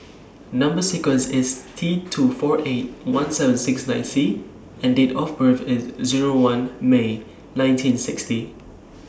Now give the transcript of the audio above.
Number sequence IS T two four eight one seven six nine C and Date of birth IS Zero one May nineteen sixty